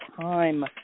time